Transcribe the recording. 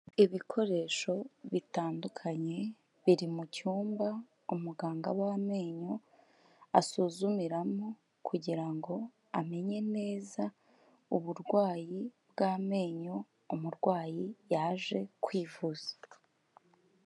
Ibikoresho bitandukanye, biri mu cyumba umuganga w'amenyo asuzumiramo kugira ngo amenye neza uburwayi bw'amenyo umurwayi yaje kwivuza.